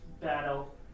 Battle